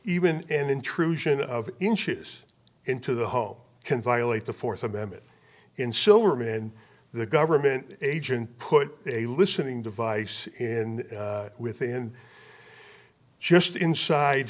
even intrusion of inches into the home can violate the fourth amendment in silberman the government agent put a listening device in within just inside